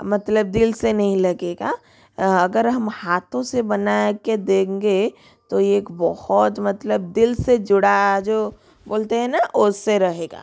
मतलब दिल से नहीं लगेगा अगर हम हाथो से बना के देंगे तो ये एक बहुत मतलब दिल से जुड़ा जो बोलते हैं ना वैसे रहेगा